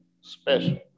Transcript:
special